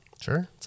sure